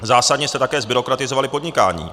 Zásadně jste také zbyrokratizovali podnikání.